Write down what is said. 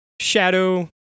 shadow